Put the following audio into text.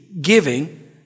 giving